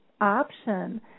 option